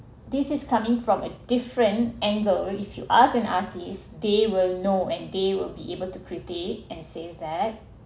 this is coming from a different angle if you ask an artist they will know and they will be able to critic and says that